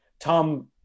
Tom